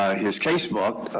ah his casebook